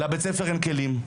לבית ספר אין כלים,